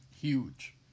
Huge